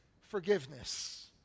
forgiveness